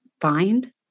find